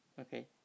okay